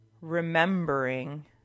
remembering